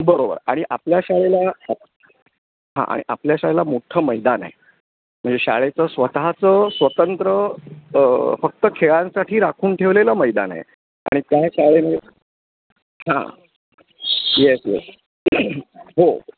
बरोबर आणि आपल्या शाळेला हां आणि आपल्या शाळेला मोठ्ठं मैदान आहे म्हणजे शाळेचं स्वतःचं स्वतंत्र फक्त खेळांसाठी राखून ठेवलेलं मैदान आहे आणि काय शाळेमध्ये हां येस येस हो